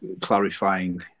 clarifying